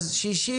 בסדר.